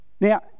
Now